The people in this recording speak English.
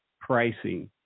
pricing